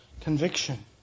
conviction